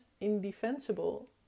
indefensible